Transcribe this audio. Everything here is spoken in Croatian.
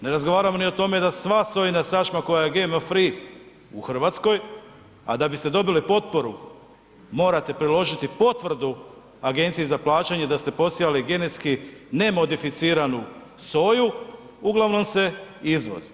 Ne razgovaramo ni o tome da sva sojina sačma koja GMO free u Hrvatskoj, a da biste dobili potporu morate priložiti potvrdu agenciji za plaćanje da ste posijali genetski nemodificiranu soju, uglavnom se izvozi.